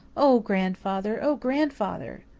oh, grandfather! oh, grandfather!